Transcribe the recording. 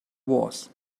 was